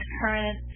current